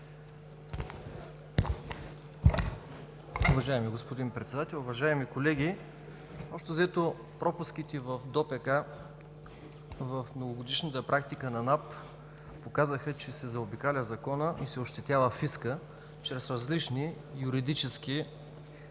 Уважаеми господин Председател, уважаеми колети! Общо – взето пропуските в ДОПК в многогодишната практика на НАП показаха, че се заобикаля Законът и се ощетява фиска, чрез различни юридически пропуски